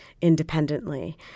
independently